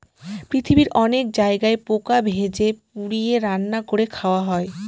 পৃথিবীর অনেক জায়গায় পোকা ভেজে, পুড়িয়ে, রান্না করে খাওয়া হয়